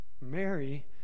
Mary